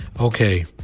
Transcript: Okay